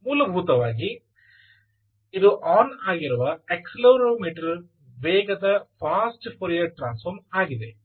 ಮೂಲಭೂತವಾಗಿ ಇದು ಆನ್ ಆಗಿರುವ ಅಕ್ಸೆಲೆರೊಮೀಟರ್ನ ವೇಗದ ಫಾಸ್ಟ್ ಫೌರಿಯೆರ್ ಟ್ರಾನ್ಸ್ಫಾರ್ಮ್ ಆಗಿದೆ